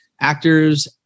actors